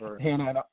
Hannah